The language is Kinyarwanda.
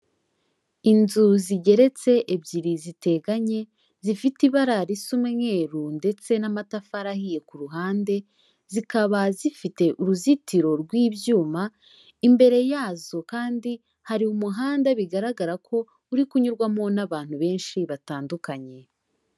Inzu zigeretse ebyiri ziteganye, zifite ibara risa umweru ndetse n'amatafari ahiye ku ruhande, zikaba zifite uruzitiro rw'ibyuma, imbere yazo kandi hari umuhanda bigaragara ko uri kunyurwamo n'abantu benshi batandukanye.